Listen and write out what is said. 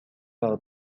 par